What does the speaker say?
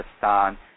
Pakistan